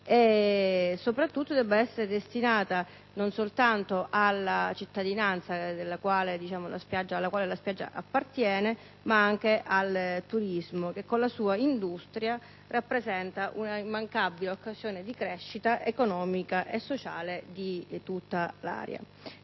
soprattutto dovrebbe essere uno spazio destinato non soltanto alla cittadinanza alla quale la spiaggia appartiene, ma anche al turismo che, con la sua industria, rappresenta un'immancabile occasione di crescita economica e sociale di tutta l'area.